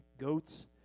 goats